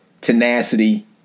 tenacity